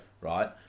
Right